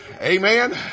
Amen